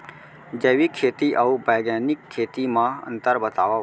जैविक खेती अऊ बैग्यानिक खेती म अंतर बतावा?